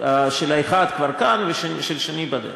של האחד כבר כאן ושל השני בדרך.